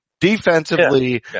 Defensively